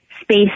space